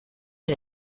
den